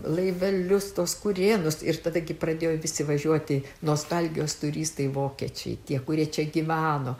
laivelius tuos kurėnus ir tada pradėjo visi važiuoti nostalgijos turistai vokiečiai tie kurie čia gyveno